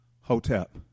Hotep